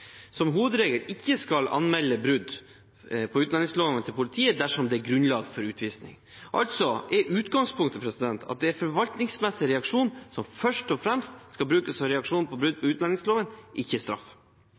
som hovedregel ikke skal anmelde brudd på utlendingsloven til politiet dersom det er grunnlag for utvisning. Altså er utgangspunktet at det er en forvaltningsmessig reaksjon som først og fremst skal brukes som reaksjon på brudd på utlendingsloven, ikke straff.